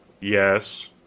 Yes